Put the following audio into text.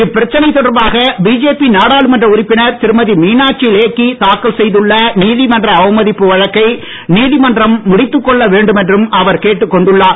இப்பிரச்சனை தொடர்பாக பிஜேபி நாடாளுமன்ற உறுப்பினர் திருமதி மீனாட்சி லேக்கி தாக்கல் செய்துள்ள நீதிமன்ற அவமதிப்பு வழக்கை நீதிமன்றம் முடித்துக் கொள்ள வேண்டும் என்றும் அவர் கேட்டுக்கொண்டுள்ளார்